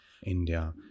India